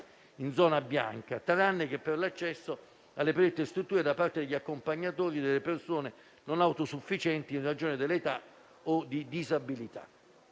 in zona bianca, tranne che per l'accesso alle predette strutture da parte degli accompagnatori delle persone non autosufficienti in ragione dell'età o di disabilità.